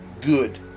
Good